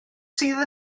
sydd